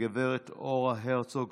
הגב' אורה הרצוג,